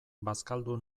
bazkaldu